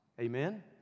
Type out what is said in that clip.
Amen